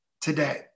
today